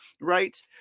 right